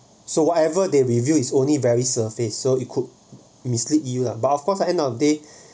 so whatever they review is only very surface so it could mislead you lah but of course uh end of day